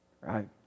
right